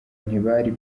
ntibari